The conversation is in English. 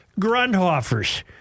Grundhoffers